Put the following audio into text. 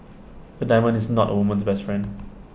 A diamond is not A woman's best friend